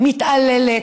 מתעללת,